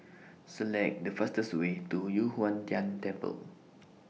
Select The fastest Way to Yu Huang Tian Temple